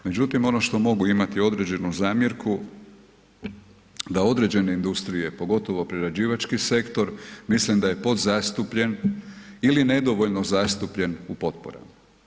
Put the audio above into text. Međutim ono što mogu imati određenu zamjerku, da određene industrije, pogotovo prerađivački sektor, mislim da je podzastupljen ili nedovoljno zastupljen u potporama.